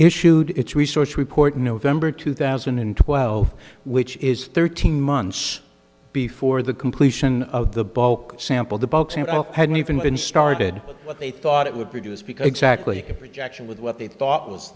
issued its research report in november two thousand and twelve which is thirteen months before the completion of the bulk sample the box and i hadn't even started what they thought it would produce because exactly rejection with what they thought was